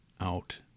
out